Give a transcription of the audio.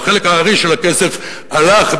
חלק הארי של הכסף הלך,